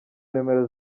nimero